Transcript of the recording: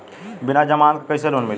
बिना जमानत क कइसे लोन मिली?